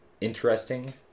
interesting